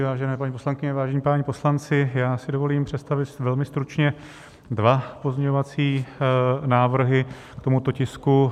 Vážené paní poslankyně, vážení páni poslanci, já si dovolím představit velmi stručně dva pozměňovací návrhy k tomuto tisku.